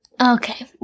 Okay